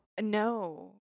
No